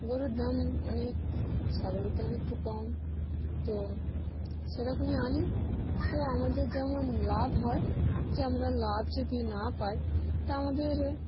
গরুর দাম অনেক ছাগলের দাম একটু কম তো সেরকমই আনি তো আমাদের যেমন লাভ হয় যে আমরা লাভ যদি না পাই তা আমাদের